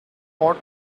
hot